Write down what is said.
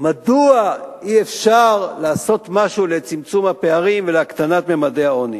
מדוע אי-אפשר לעשות משהו לצמצום הפערים ולהקטנת ממדי העוני.